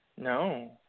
No